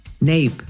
Nape